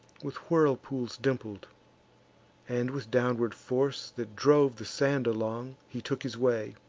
with whirlpools dimpled and with downward force, that drove the sand along, he took his way,